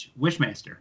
Wishmaster